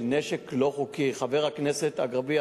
חבר הכנסת אגבאריה,